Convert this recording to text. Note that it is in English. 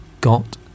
got